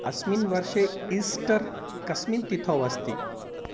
अस्मिन् वर्षे ईस्टर् कस्मिन् तिथौ अस्ति